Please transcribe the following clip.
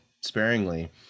sparingly